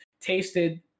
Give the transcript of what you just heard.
tasted